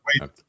Wait